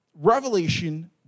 Revelation